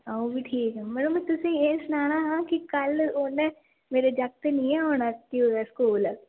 आं अंऊ बी ठीक मड़ो में तुसेंगी एह् सनाना हा कल्ल उन्ने मेरे जागतै निं हा औना स्कूल